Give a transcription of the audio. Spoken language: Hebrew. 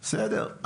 בסדר.